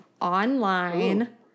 online